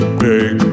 big